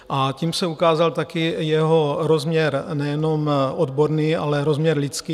A tím se ukázal také jeho rozměr nejenom odborný, ale rozměr lidský.